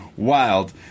Wild